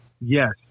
Yes